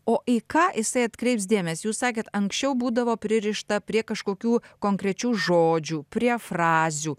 o į ką jisai atkreips dėmesį jūs sakėt anksčiau būdavo pririšta prie kažkokių konkrečių žodžių prie frazių